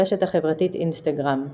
ברשת החברתית אינסטגרם "אלמנטלי",